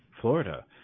Florida